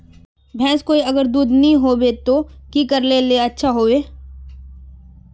भैंस कोई अगर दूध नि होबे तो की करले ले अच्छा होवे?